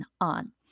on